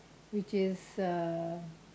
which is uh